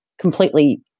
completely